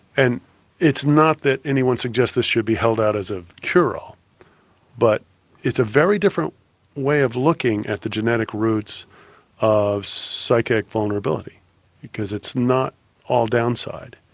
and it's not that anyone suggests this should be held out as a cure all but it's a very different way of looking at the genetics routes of psychiatric vulnerability because it's not all down side,